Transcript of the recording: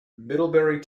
middlebury